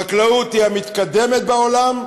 החקלאות היא המתקדמת בעולם,